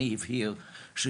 אולי קיימים, אבל אינם מספיקים.